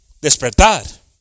despertar